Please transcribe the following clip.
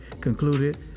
concluded